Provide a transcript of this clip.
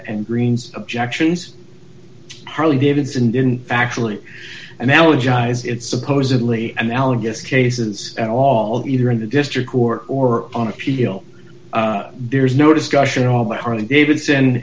and green's objections harley davidson didn't actually analogize it supposedly analogous cases at all either in the district court or on appeal there is no discussion at all that harley davidson